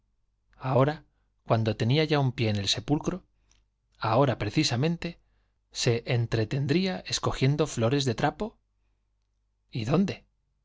ahora cuando tenía ya un pie enel sepulcro ahora precisamente se entretendr ía escogiendo flores de trapo y dónde